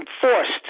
forced